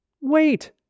Wait